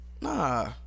Nah